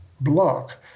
block